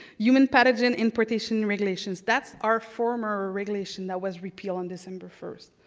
human pathogen importation regulations. that's our former regulation that was repealed on december first.